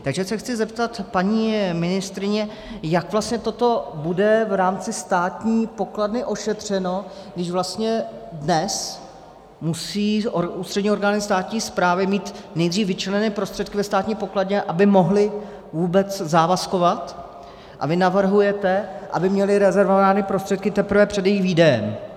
Takže se chci zeptat paní ministryně, jak vlastně toto bude v rámci státní pokladny ošetřeno, když vlastně dnes musí ústřední orgány státní správy mít nejdřív vyčleněné prostředky ve státní pokladně, aby mohly vůbec závazkovat, a vy navrhujete, aby měly rezervovány prostředky teprve před jejich výdejem.